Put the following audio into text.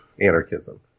anarchism